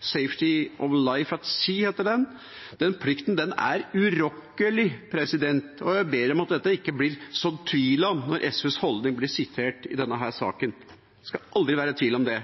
Safety Of Life at Sea. Den plikten er urokkelig, og jeg ber om at dette ikke blir sådd tvil om når SVs holdning blir sitert i denne saken. Det skal aldri være tvil om det.